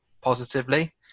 positively